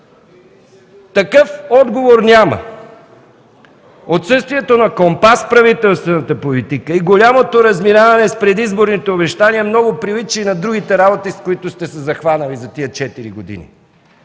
Такъв отговор няма. Отсъствието на компас в правителствената политика и голямото разминаване с предизборните обещания много прилича и на другите работи, с които сте се захванали за тези четири